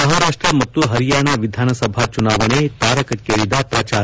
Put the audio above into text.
ಮಹಾರಾಪ್ಪ ಮತ್ತು ಹರಿಯಾಣ ವಿಧಾನಸಭಾ ಚುನಾವಣೆ ತಾರಕಕ್ಷೇರಿದ ಪ್ರಚಾರ